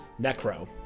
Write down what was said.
Necro